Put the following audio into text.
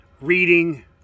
reading